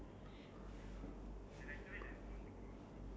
um like self made like that home made